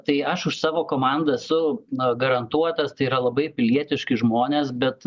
tai aš už savo komandą esu na garantuotas tai yra labai pilietiški žmonės bet